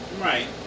Right